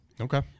Okay